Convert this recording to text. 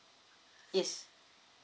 yes